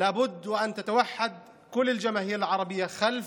על המיעוט הערבי במדינה.